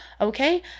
okay